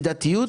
והמידתיות,